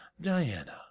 Diana